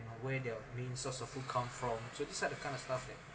where their main source of food come from so this set a kind of stuff at